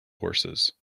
horses